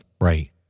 right